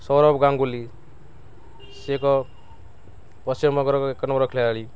ସୌରଭ ଗାଙ୍ଗୁଲି ସେ ଏକ ପଶ୍ଚିମବଙ୍ଗର ଏକ ନମ୍ବର୍ ଖେଳାଳି